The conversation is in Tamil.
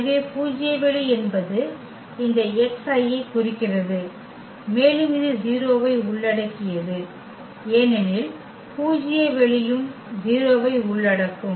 எனவே பூஜ்ய வெளி என்பது இந்த xI ஐ குறிக்கிறது மேலும் இது 0ஐ உள்ளடக்கியது ஏனெனில் பூஜ்ய வெளியும் 0ஐ உள்ளடக்கும்